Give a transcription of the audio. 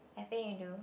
I think you knew